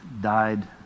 died